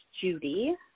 Judy